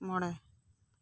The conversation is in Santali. ᱢᱚᱬᱮ